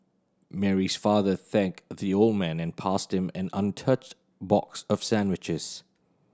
Mary's father thanked the old man and passed him an untouched box of sandwiches